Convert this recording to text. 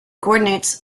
coordinates